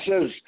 says